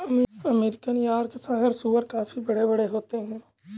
American Yorkshire सूअर काफी बड़े बड़े होते हैं